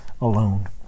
alone